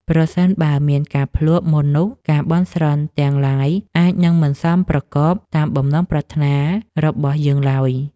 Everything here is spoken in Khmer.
ប្រសិនបើមានការភ្លក្សមុននោះការបន់ស្រន់ទាំងឡាយអាចនឹងមិនសមប្រកបតាមបំណងប្រាថ្នារបស់យើងឡើយ។